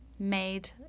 made